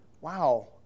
wow